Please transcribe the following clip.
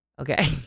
okay